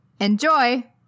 Enjoy